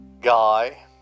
guy